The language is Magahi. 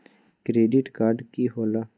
क्रेडिट कार्ड की होला?